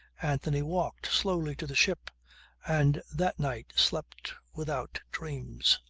anthony walked slowly to the ship and that night slept without dreams.